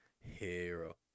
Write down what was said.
hero